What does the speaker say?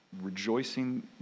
rejoicing